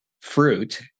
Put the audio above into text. fruit